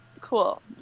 cool